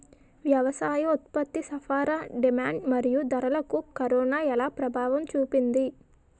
వ్యవసాయ ఉత్పత్తి సరఫరా డిమాండ్ మరియు ధరలకు కరోనా ఎలా ప్రభావం చూపింది